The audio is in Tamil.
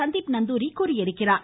சந்தீப் நந்தூரி தெரிவித்துள்ளார்